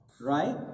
right